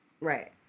Right